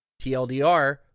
TLDR